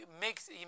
makes